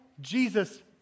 Jesus